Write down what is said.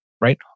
right